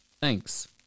Thanks